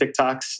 TikToks